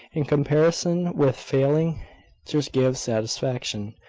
in comparison with failing to give satisfaction.